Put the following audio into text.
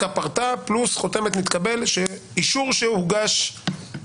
של הפרטה פלוס חותמת "נתקבל" שמאשרת שזה הוגש.